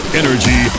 energy